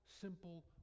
simple